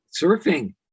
Surfing